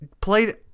Played